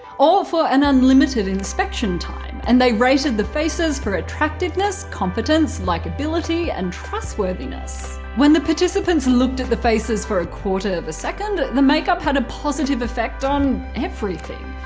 or for an unlimited inspection time, and they rated the faces for attractiveness, attractiveness, competence, likeability and trustworthiness. when the participants and looked at the faces for a quarter of a second, the makeup had a positive effect on everything.